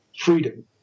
freedom